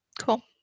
Cool